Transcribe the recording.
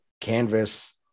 canvas